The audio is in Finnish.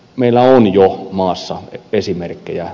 meillä on jo maassa esimerkkejä